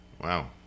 wow